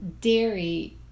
dairy